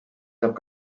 saab